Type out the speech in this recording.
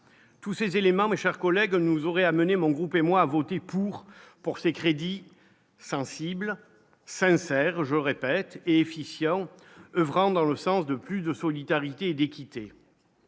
Tous ces éléments, mes chers collègues nous auraient amenés mon groupe et moi, a voté pour, pour ces crédits sensible, sincère, je répète efficient oeuvrant dans le sens de plus de solidarité et d'équité